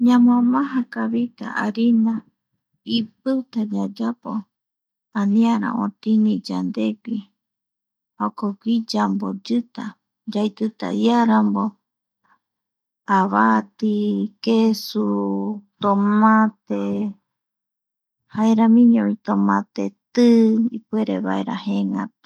Ñamo amaja kavita harina ipiuta yayapo aniara otini yandegui jokogui yamboyita jokogui yaitita iarambo avati, kesu, tomate, jaeramiñovi tomate tï ipuerevaera jëëngatu.